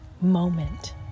moment